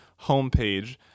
homepage